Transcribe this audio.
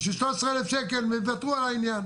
בשביל שלוש עשרה אלף שקל הם יוותרו על העניין.